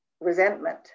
resentment